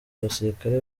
abasirikare